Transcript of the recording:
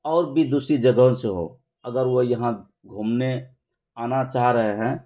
اور بھی دوسری جگہوں سے ہو اگر وہ یہاں گھومنے آنا چاہ رہے ہیں